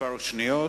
כמה שניות,